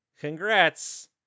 congrats